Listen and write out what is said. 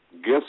Guess